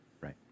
Right